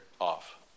off